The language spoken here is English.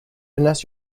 unless